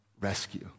rescue